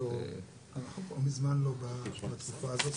אנחנו כבר מזמן לא בתקופה הזאת.